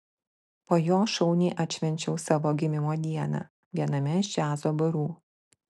po jo šauniai atšvenčiau savo gimimo dieną viename iš džiazo barų